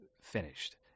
finished